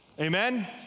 Amen